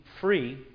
free